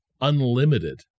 unlimited